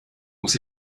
muss